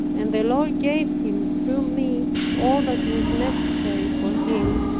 and the lord gave him through me all that was necessary for him,